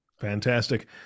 Fantastic